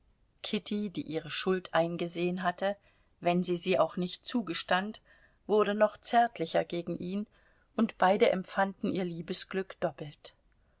kitty die ihre schuld eingesehen hatte wenn sie sie auch nicht zugestand wurde noch zärtlicher gegen ihn und beide empfanden ihr liebesglück doppelt